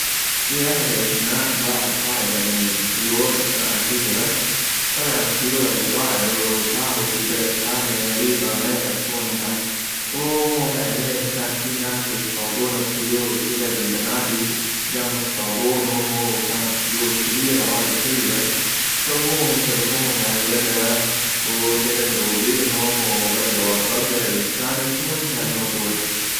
بعدين اكتشفوا اهل الجزيره اللي كانوا على الشاطئ, السفينه مليئه بالكنوز والذهب والمجوهرات والالماظ ,وكان بها الكثير من الاشياء الجميله واخذوها واستولوا عليها الناس ,وكان السفينه فيها شخصين انقذوهم عالجوهم من جروحهم وعاشوا معهم في امان.